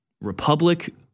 republic